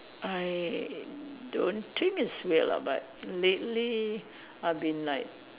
I don't think it's weird lah but lately I've been like